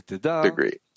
degree